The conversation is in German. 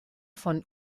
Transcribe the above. von